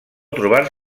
trobar